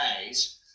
days